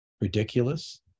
ridiculous